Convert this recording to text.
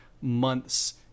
months